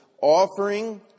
offering